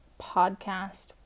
podcast